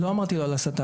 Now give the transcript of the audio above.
לא אמרתי לא על הסתה.